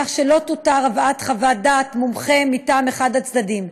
כך שלא תותר הבאת חוות דעת מומחה מטעם אחד מהצדדים,